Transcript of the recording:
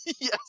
Yes